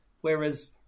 Whereas